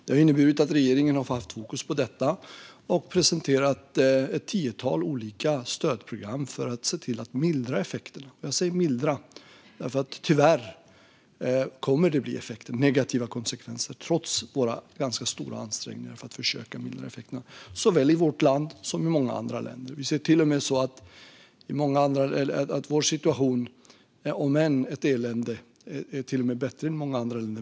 Det har inneburit att regeringen har haft fokus på detta och presenterat ett tiotal olika stödprogram för att mildra effekterna. Jag säger mildra, för tyvärr kommer det att bli negativa konsekvenser, trots våra ganska stora ansträngningar för att försöka mildra effekterna, såväl i vårt land som i många andra länder. Om än vår situation är ett elände är den ändå bättre än i många andra länder.